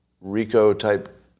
RICO-type